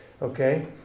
Okay